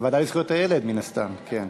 לזכויות הילד נתקבלה.